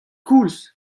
koulz